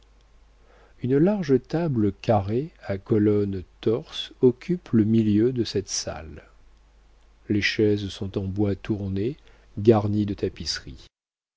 une large table carrée à colonnes torses occupe le milieu de cette salle les chaises sont en bois tourné garnies de tapisseries